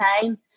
time